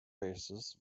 races